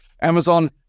Amazon